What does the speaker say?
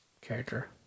character